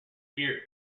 spear